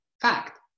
Fact